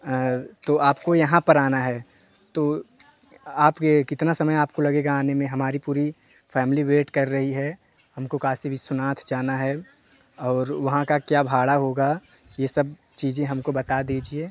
तो आपको यहाँ पर आना है तो आप ये कितना समय आपको लगेगा आने में हमारी पूरी फ़ैमली वेट कर रही है हमको काशी विश्वनाथ जाना है और वहाँ का क्या भाड़ा होगा ये सब चीज़ें हमको बता दीजिए